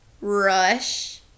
rush